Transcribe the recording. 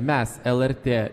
mes lrt